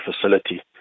facility